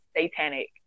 satanic